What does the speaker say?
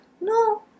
No